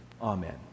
Amen